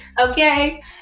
okay